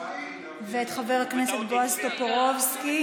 את חבר הכנסת בועז טופורובסקי,